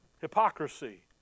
Hypocrisy